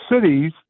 cities